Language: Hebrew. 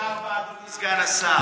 2024, אדוני סגן השר.